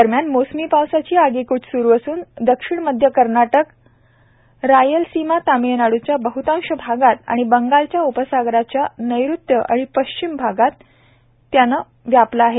दरम्यान मोसमी पावसाची आगेकुच सुरु असून दक्षिण मध्य कर्नाटक रायलसीमा तमिळनाड्या बहतांश भाग आणि बंगालच्या उपसागराचा नैऋत्य आणि पश्चिम मध्य भाग त्याने व्यापला आहे